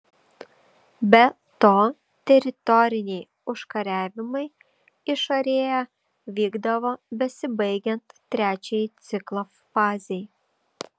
be to teritoriniai užkariavimai išorėje vykdavo besibaigiant trečiajai ciklo fazei